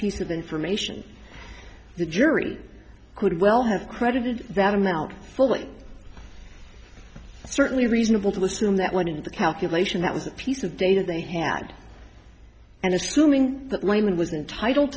piece of information the jury could well have credited that amount fully certainly reasonable to assume that one of the calculation that was the piece of data they had and assuming that one was entitled